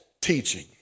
teaching